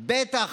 בטח